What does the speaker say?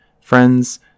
friends